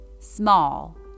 Small